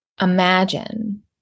imagine